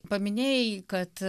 paminėjai kad